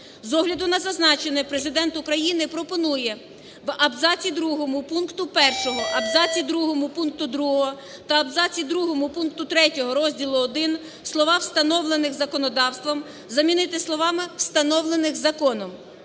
З огляду на зазначене Президент України пропонує в абзаці другому пункту 1, абзаці другому пункту 2 та абзаці другому пункту 3 розділу І слова "встановлених законодавством" замінити словами "встановлених законом".